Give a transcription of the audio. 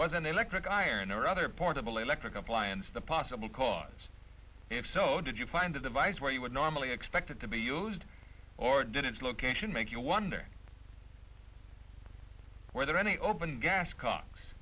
an electric iron or other portable electric appliance the possible cause if so did you find the device where you would normally expect it to be used or did its location make you wonder whether any open gas co